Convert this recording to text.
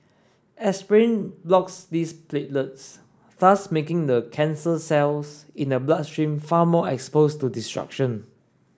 aspirin blocks these platelets thus making the cancer cells in the bloodstream far more expose to destruction